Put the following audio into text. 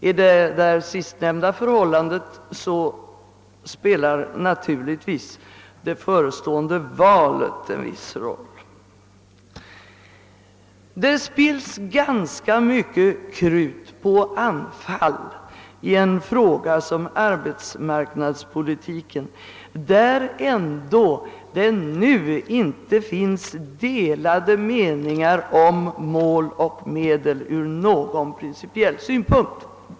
I det sistnämnda fallet spelar naturligtvis det förestående valet en viss roll. Det spills ganska mycket krut på anfall i en fråga som arbetsmarknadspolitiken, där det ändå nu inte finns några delade meningar om mål och medel ur principiell synpunkt.